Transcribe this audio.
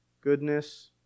goodness